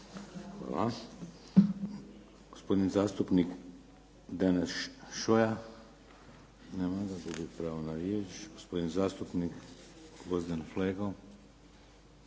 Hvala. Gospodin zasupnik Deneš Šoja. Nema ga, gubi pravo na riječ. Gospodin zastupnik Gvozden Flego.